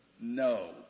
No